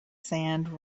sand